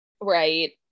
Right